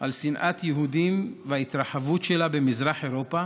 על שנאת היהודים וההתרחבות שלה במזרח אירופה